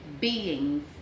beings